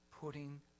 putting